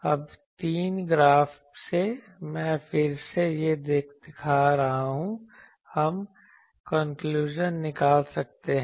अब इन तीन ग्राफ़ से मैं फिर से ये दिखा रहा हूँ हम कई कंक्लुजन निकाल सकते हैं